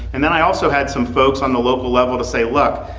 and then i also had some folks on the local level to say, look,